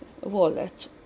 wallet